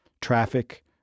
traffic